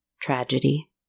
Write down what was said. Tragedy